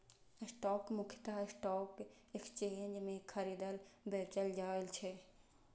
stock मुख्यतः stock exchange मे खरीदल, बेचल जाइ छै